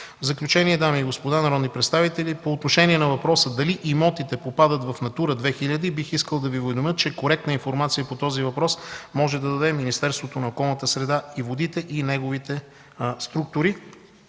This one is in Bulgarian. В заключение, дами и господа народни представители, по отношение на въпроса дали имотите попадат в „Натура 2000” бих искал да Ви уведомя, че коректна информация по този въпрос може да даде Министерството на околната среда и водите и неговите структури.